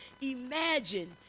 Imagine